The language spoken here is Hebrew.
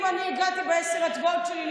אם אני הגעתי בעשר האצבעות שלי.